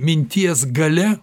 minties galia